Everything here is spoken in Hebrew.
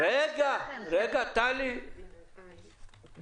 הרי אם אתה מוציא ישראלים,